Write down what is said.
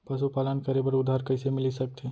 पशुपालन करे बर उधार कइसे मिलिस सकथे?